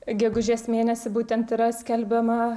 gegužės mėnesį būtent yra skelbiama